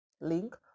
link